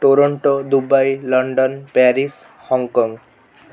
Toronto Dubai London Paris Hong Kong